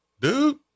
dude